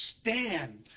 stand